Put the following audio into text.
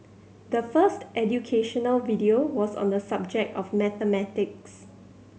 the first educational video was on the subject of mathematics